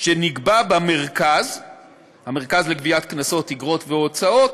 שנגבה במרכז לגביית קנסות, אגרות והוצאות